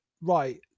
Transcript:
right